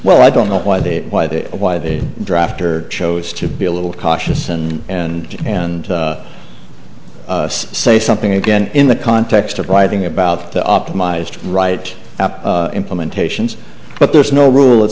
well i don't know why they why they why they drafter chose to be a little cautious and and and say something again in the context of writing about the optimized right implementations but there's no rule